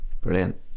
Brilliant